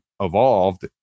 evolved